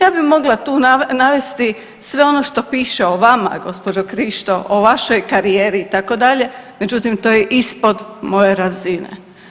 Ja bi mogla tu navesti sve ono što piše o vama gospođo Krišto o vašoj karijeri itd., međutim to je ispod moje razine.